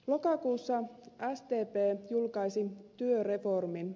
lokakuussa sdp julkaisi työreformin